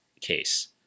case